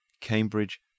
Cambridge